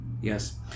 Yes